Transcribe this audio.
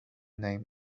name